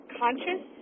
conscious